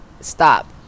stop